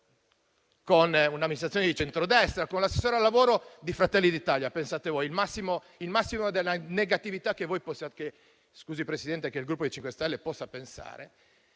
con un'amministrazione di centrodestra e con l'assessore al lavoro di Fratelli d'Italia - pensate voi: il massimo della negatività che voi possiate,